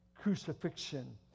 crucifixion